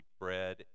bread